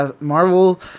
Marvel